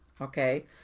Okay